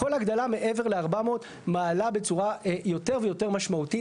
כל הגדלה מעבר ל-400 מעלה בצורה יותר ויותר משמעותית